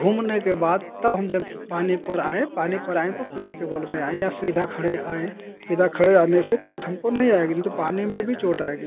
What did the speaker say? घूमने के बाद तब हम जंप पानी पर आए पानी पर आएँ तो पीठ के बल में आएँ या सीधा खड़े आएँ सीधा खड़े रहने से चोट हमको नहीं आएगी नही तो पानी में भी चोट आएगी